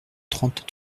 trente